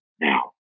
now